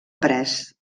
pres